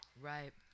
Right